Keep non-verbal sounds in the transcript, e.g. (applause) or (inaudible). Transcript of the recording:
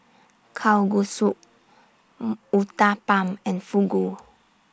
Kalguksu (hesitation) Uthapam and Fugu